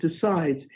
decides